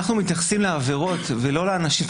אנחנו מתייחסים לעבירות ולא לאנשים.